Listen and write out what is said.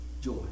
joy